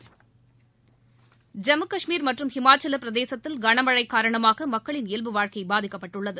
we Jammu Kashmir மற்றும் ஹிமாச்சலப் பிரதேசத்தில் கனமழை காரணமாக மக்களின் இயல்பு வாழ்க்கை பாதிக்கப்பட்டுள்ளது